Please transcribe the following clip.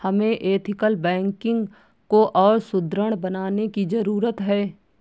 हमें ethical banking को और सुदृढ़ बनाने की जरूरत है